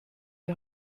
die